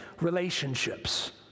relationships